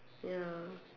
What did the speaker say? ya